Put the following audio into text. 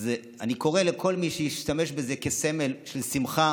אז אני קורא לכל מי שהשתמש בזה כסמל של שמחה